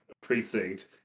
precinct